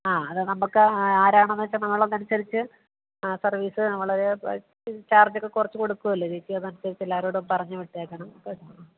ആ അത് നമുക്ക് ആരാണെന്ന് വെച്ചാൽ നമ്മൾ അതനുസരിച്ച് ആ സർവീസ് ഞങ്ങൾ ചാർജ് ഒക്കെ കുറച്ച് കൊടുക്കുമല്ലോ ചേച്ചി അതനുസരിച്ച് എല്ലാവരോടും പറഞ്ഞ് വെച്ചേക്കണം കേട്ടോ ആ